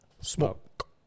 Smoke